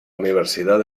universidad